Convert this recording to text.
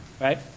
right